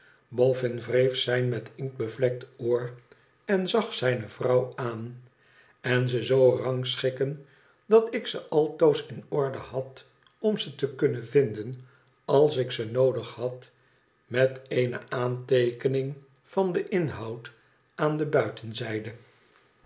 bofbn wreef zijn met inkt bevlekt oor en zag zijne vrouw aan n ze zoo rangschikken dat ik ze altoos in orde had om ze te kuanen vinden als ik ze noodig had met eene aanteekening van den inhoud aan de buitenzijde